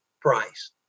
price